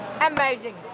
Amazing